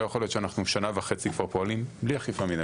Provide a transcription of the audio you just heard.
לא יכול להיות שאנחנו שנה וחצי כבר פועלים בלי אכיפה מינהלית.